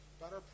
better